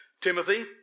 Timothy